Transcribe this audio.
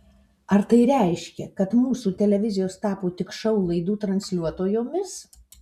ar tai reiškia kad mūsų televizijos tapo tik šou laidų transliuotojomis